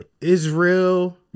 Israel